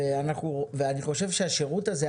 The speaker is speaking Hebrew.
ואני חושב שהשירות הזה,